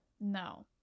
No